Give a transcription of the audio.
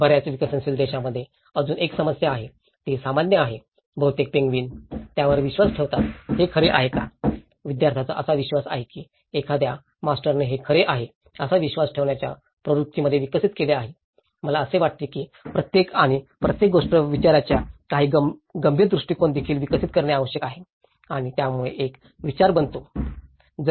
बर्याच विकसनशील देशांमध्ये अजून एक समस्या आहे ती सामान्य आहे बहुतेक पेंग्विन त्यावर विश्वास ठेवतात हे खरे आहे का विद्यार्थ्यांचा असा विश्वास आहे की एखाद्या मास्टरने हे खरे आहे असा विश्वास ठेवण्याच्या प्रवृत्तीमध्ये विकसित केले आहे मला असे वाटते की प्रत्येक आणि प्रत्येक गोष्ट विचारण्याच्या काही गंभीर दृष्टिकोनदेखील विकसित करणे आवश्यक आहे आणि यामुळे एक विचार बनतो प्रक्रिया